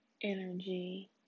energy